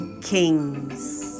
kings